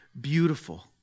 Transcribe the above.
beautiful